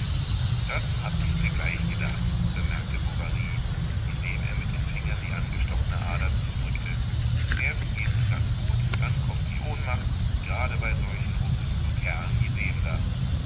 das hab ich mir gleich gedacht bemerkte bovary indem er mit den fingern die angestochne ader zudrückte erst gehts ganz gut dann kommt die ohnmacht gerade bei solchen robusten kerlen wie dem da